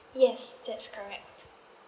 yes that's correct